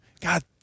God